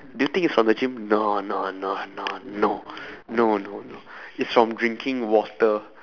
do you think it's from the gym no no no no no no no no it's from drinking water